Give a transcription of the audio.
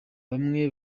bamwe